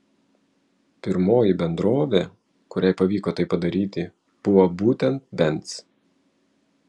pirmoji bendrovė kuriai pavyko tai padaryti buvo būtent benz